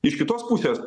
iš kitos pusės